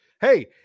Hey